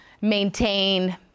maintain